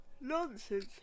nonsense